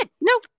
No